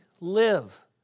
live